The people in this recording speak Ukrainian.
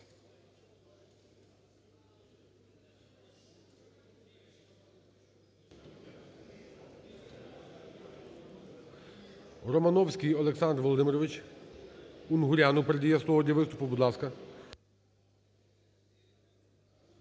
Романовський Олександр Володимирович Унгуряну передає слово для виступу. Будь ласка.